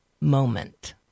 moment